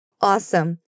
Awesome